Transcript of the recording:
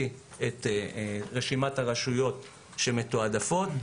ומשרד הפנים תוציא את רשימת הרשויות שמתועדפות,